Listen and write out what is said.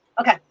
okay